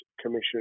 Commission